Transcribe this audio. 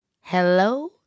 Hello